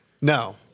No